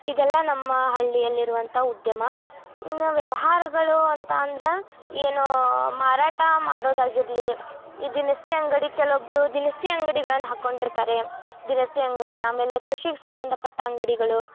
ಇದೆಲ್ಲ ನಮ್ಮ ಹಳ್ಳಿಯಲ್ಲಿರುವಂಥ ಉದ್ಯಮ ಇನ್ನು ವ್ಯವಹಾರಗಳು ಅಂತ ಅಂದರೆ ಏನು ಮಾರಾಟ ಮಾಡೋದಾಗಿರಲಿ ಈ ದಿನಸಿ ಅಂಗಡಿ ಕೆಲ್ವೊಬ್ರು ದಿನಸಿ ಅಂಗ್ಡಿಗಳನ್ನ ಹಾಕೊಂಡಿರ್ತಾರೆ ದಿನಸಿ ಅಂಗಡಿ ಆಮೇಲೆ ಕೃಷಿಗೆ ಸಂಬಂಧಪಟ್ಟ ಅಂಗಡಿಗಳು